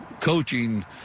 Coaching